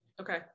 Okay